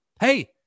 Hey